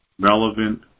relevant